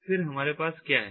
फिर हमारे पास क्या है